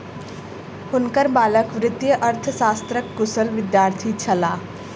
हुनकर बालक वित्तीय अर्थशास्त्रक कुशल विद्यार्थी छलाह